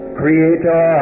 creator